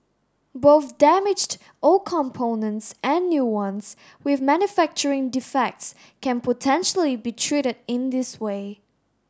both damaged old components and new ones with manufacturing defects can potentially be treated in this way